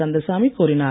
கந்தசாமி கூறினார்